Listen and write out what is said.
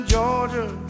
Georgia